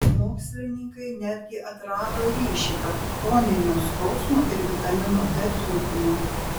mokslininkai netgi atrado ryšį tarp chroninio skausmo ir vitamino d trūkumo